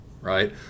right